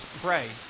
pray